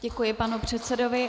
Děkuji panu předsedovi.